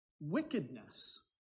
wickedness